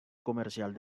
comercial